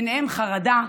ובהן חרדה,